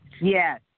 Yes